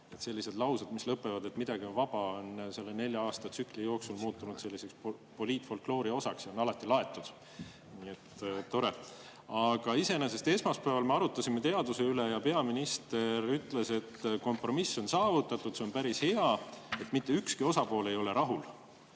Sellised laused, mis lõpevad, et midagi vaba, on selle nelja aasta tsükli jooksul muutunud selliseks poliitfolkloori osaks ja on alati laetud. Nii et tore! Aga iseenesest esmaspäeval me arutasime teaduse üle ja peaminister ütles, et kompromiss on saavutatud ja see on päris hea, et mitte ükski osapool ei ole rahul.